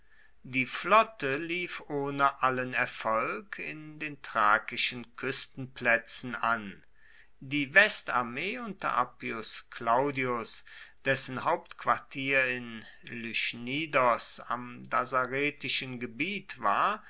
die flotte lief ohne allen erfolg in den thrakischen kuestenplaetzen an die westarmee unter appius claudius dessen hauptquartier in lychnidos im dassaretischen gebiet war